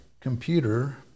computer